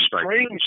strange